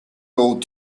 gold